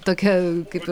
tokia kaip